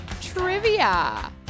trivia